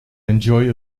enjoy